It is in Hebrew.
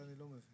זה אני לא מבין.